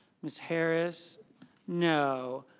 ms. harris no.